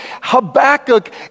Habakkuk